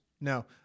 No